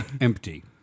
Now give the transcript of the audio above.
empty